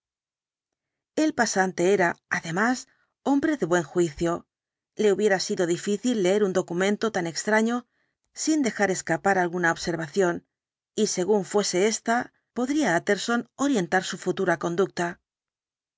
el pasante era además hombre de buen juicio le hubiera sido difícil leer un documento tan extraño sin dejar escapar alguna incidente de la carta observación y según fuese ésta podría tjtterson orientar su futura conducta